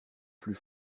plus